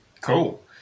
Cool